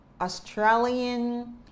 Australian